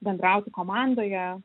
bendrauti komandoje